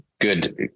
Good